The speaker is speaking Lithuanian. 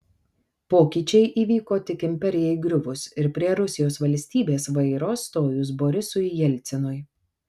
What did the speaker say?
pokyčiai įvyko tik imperijai griuvus ir prie rusijos valstybės vairo stojus borisui jelcinui